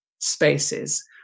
Spaces